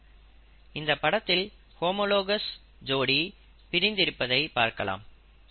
இந்த படத்தில் ஹோமோலாகஸ் ஜோடி பிரிந்து இருப்பதை பார்க்கலாம்